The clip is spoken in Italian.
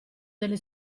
delle